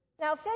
Now